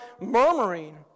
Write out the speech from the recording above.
murmuring